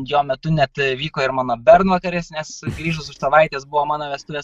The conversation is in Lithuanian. jo metu net vyko ir mano bernvakaris nes grįžus už savaitės buvo mano vestuvės